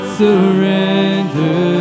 surrender